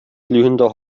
glühender